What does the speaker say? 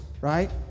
right